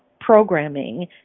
programming